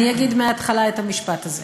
אני לא מדברת כבר על,